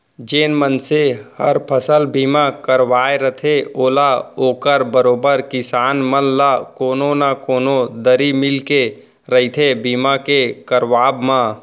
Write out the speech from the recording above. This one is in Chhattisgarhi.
जेन मनसे हर फसल बीमा करवाय रथे ओला ओकर बरोबर किसान मन ल कोनो न कोनो दरी मिलके रहिथे बीमा के करवाब म